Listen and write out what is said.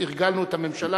שהרגלנו את הממשלה,